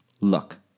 Look